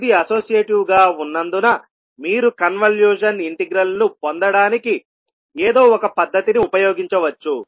ఇది అసోసియేటివ్ గా ఉన్నందున మీరు కన్వల్యూషన్ ఇంటిగ్రల్ ను పొందడానికి ఏదో ఒక పద్ధతిని ఉపయోగించవచ్చు